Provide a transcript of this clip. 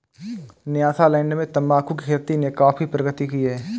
Nyasaland में तंबाकू की खेती ने काफी प्रगति की है